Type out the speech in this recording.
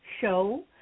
show